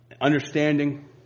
Understanding